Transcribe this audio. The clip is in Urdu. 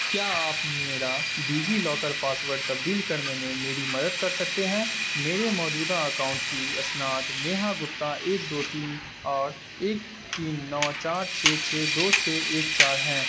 کیا آپ میرا ڈیجی لاکر پاسورڈ تبدیل کرنے میں میری مدد کر سکتے ہیں میرے موجودہ اکاؤنٹ کی اسناد نیہا گپتا ایک دو تین اور ایک تین نو چار چھ چھ دو چھ ایک چار ہیں